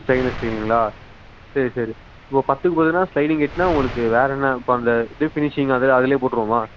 stainless ஸ்டீலுங்களா சரி சரி இப்போ பத்துக்குப் பத்துன்னால் ஸ்லைடிங் கேட்ன்னால் உங்களுக்கு வேறு என்ன இப்ப அந்த இது ஃபினிஷிங் அது அதில் போட்டுருவோமா